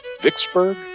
Vicksburg